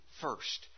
first